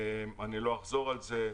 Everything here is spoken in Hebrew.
לא אחזור על זה,